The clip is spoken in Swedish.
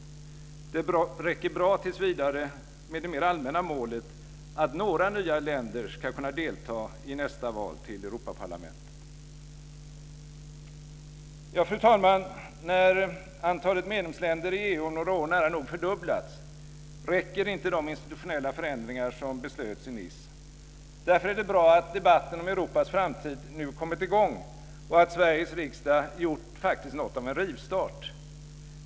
Det räcker tills vidare bra med det mer allmänna målet att några nya länder ska kunna delta i nästa val till Europaparlamentet. Fru talman! När antalet medlemsländer i EU om några år nära nog fördubblats räcker inte de institutionella förändringar som beslöts i Nice. Därför är det bra att debatten om Europas framtid nu kommit i gång och att Sveriges riksdag faktiskt gjort något av en rivstart.